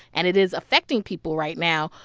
and it is affecting people right now.